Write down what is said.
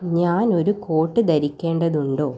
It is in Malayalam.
ഞാൻ ഒരു കോട്ട് ധരിക്കേണ്ടതുണ്ടോ